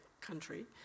country